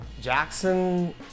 Jackson